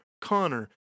Connor